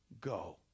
Go